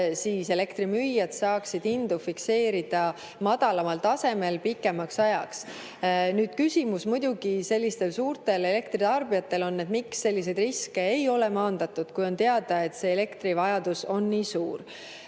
siis elektrimüüjad saaksid hindu fikseerida madalamal tasemel pikemaks ajaks. Nüüd, küsimus muidugi sellistele suurtele elektritarbijatele on, et miks selliseid riske ei ole maandatud, kui on teada, et elektrivajadus on nii suur.